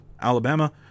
Alabama